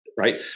right